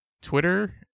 Twitter